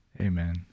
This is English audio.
Amen